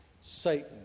Satan